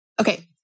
Okay